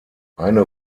eine